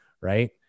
right